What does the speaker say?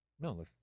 No